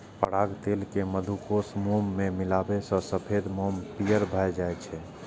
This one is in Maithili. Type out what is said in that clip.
पराग तेल कें मधुकोशक मोम मे मिलाबै सं सफेद मोम पीयर भए जाइ छै